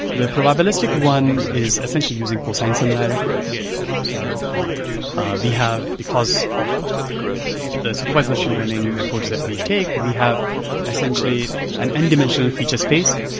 the probabilistic one is essentially using call sign similarity. yeah so yeah ah we have because of the supervised machine learning approach that we take, we have essentially an n-dimensional feature space,